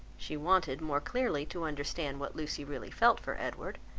she wanted more clearly to understand what lucy really felt for edward,